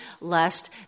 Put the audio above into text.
lest